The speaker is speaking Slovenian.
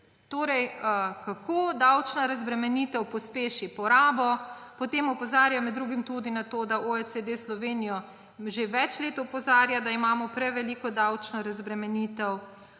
Torej, kako davčna razbremenitev pospeši porabo. Opozarjajo med drugim tudi na to, da OECD Slovenijo že več let opozarja, da imamo preveliko davčno razbremenitev.